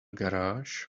garage